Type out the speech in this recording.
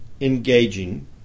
engaging